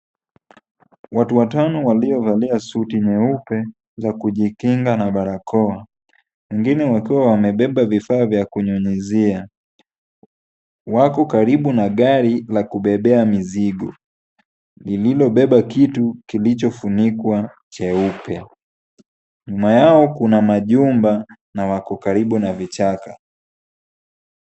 Watu watano waliovalia suti nyeupe za kujikinga na barakoa wengine wakiwa wamebeba vifaa vya kunyunyizia. Wako karibu na gari la kubebea mizigo lililobeba kitu kilichofunikwa cheupe. Nyuma yao kuna majumba na wako karibu na vichaka.